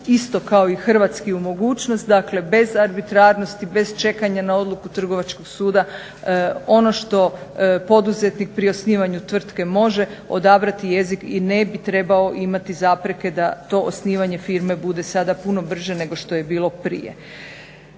isto kao i hrvatski u mogućnost dakle bez arbitrarnosti, bez čekanja na odluku Trgovačkog suda. Ono što poduzetnik pri osnivanju tvrtke može odabrati jezik i ne bi trebao imati zapreke da to osnivanje firme bude sada puno brže nego što je bilo prije.